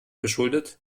geschuldet